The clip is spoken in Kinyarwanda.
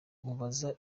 mubaza